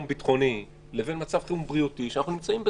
ביטחוני לבין מצב חירום בריאות שאנחנו נמצאים בתוכו.